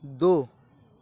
دو